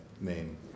name